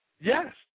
Yes